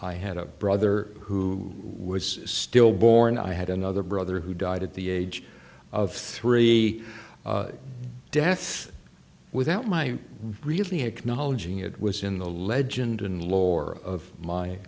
i had a brother who was stillborn i had another brother who died at the age of three death without my really acknowledging it was in the legend and lore of my